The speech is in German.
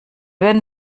würden